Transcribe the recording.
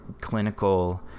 clinical